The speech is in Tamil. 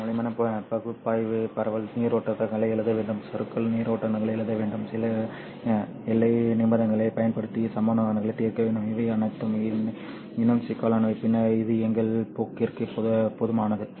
இவற்றின் முழுமையான பகுப்பாய்வு பரவல் நீரோட்டங்களை எழுத வேண்டும் சறுக்கல் நீரோட்டங்களை எழுத வேண்டும் சில எல்லை நிபந்தனைகளைப் பயன்படுத்தி சமன்பாடுகளை தீர்க்க வேண்டும் இவை அனைத்தும் இன்னும் சிக்கலானவை பின்னர் இது எங்கள் போக்கிற்கு போதுமானது